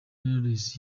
knowless